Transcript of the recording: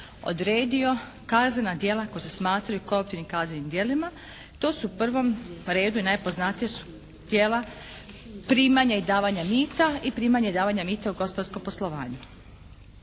odredio kaznena djela koja se smatraju koruptivnim kaznenim djelima, to su u prvom redu najpoznatija djela primanja i davanja mita i primanja i davanja mita u gospodarskom poslovanju.